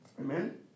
Amen